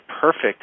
perfect